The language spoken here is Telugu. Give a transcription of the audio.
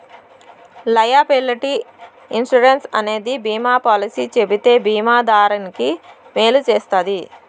లైయబిలిటీ ఇన్సురెన్స్ అనేది బీమా పాలసీ చెబితే బీమా దారానికి మేలు చేస్తది